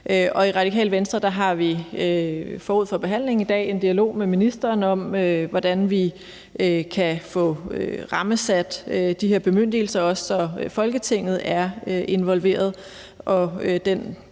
I Radikale Venstre har vi forud for behandlingen i dag haft en dialog med ministeren om, hvordan vi kan få rammesat de her bemyndigelser, så Folketinget også er involveret,